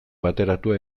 bateratua